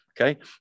okay